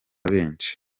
benshi